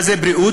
מה זה בריאות?